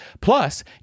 Plus